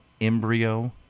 embryo